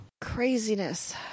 craziness